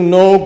no